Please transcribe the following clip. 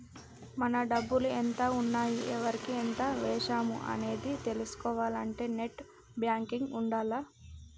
మన డబ్బులు ఎంత ఉన్నాయి ఎవరికి ఎంత వేశాము అనేది తెలుసుకోవాలంటే నెట్ బ్యేంకింగ్ ఉండాల్ల